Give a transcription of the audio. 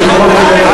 פרמדיקים,